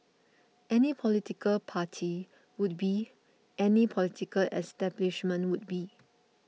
any political party would be any political establishment would be